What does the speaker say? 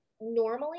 Normally